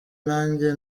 nanjye